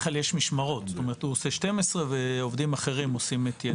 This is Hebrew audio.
כלל יש משמרות; הוא עושה 12 ועובדים אחרים עושים את יתר השעות.